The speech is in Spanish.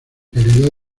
calidad